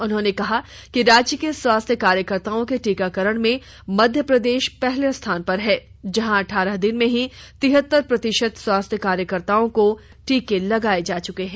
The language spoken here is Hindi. उन्होंने कहा कि राज्य के स्वास्थ्य कार्यकर्ताओं के टीकाकरण में मध्य प्रदेश पहले स्थान पर है जहां अठारह दिन में ही तिहतर प्रतिशत स्वास्थ्य कार्यकर्ताओं को टीके लगाये जा चुके हैं